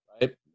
right